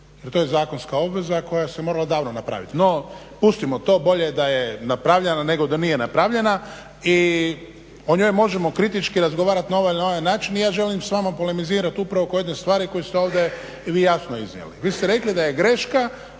to je zakonska obveza koja se morala davno napraviti. No, pustimo to. Bolje da je napravljena nego da nije napravljena i o njoj možemo kritički razgovarati na ovaj ili na onaj način i ja želim s vama polemizirati upravo oko jedne stvari koju ste ovdje vi jasno iznijeli. Vi ste rekli da je greška